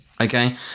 Okay